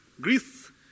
Greece